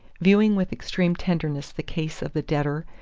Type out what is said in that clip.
viewing with extreme tenderness the case of the debtor,